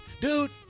Dude